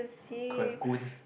could have gone